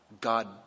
God